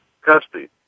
custody